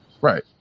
Right